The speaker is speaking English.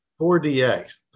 4DX